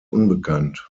unbekannt